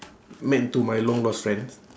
met into my long lost friend